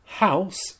House